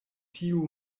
tiu